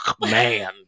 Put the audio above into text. man